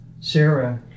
Sarah